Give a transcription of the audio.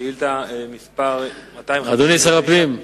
שאילתא מס' 259, אדוני שר הפנים,